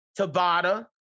Tabata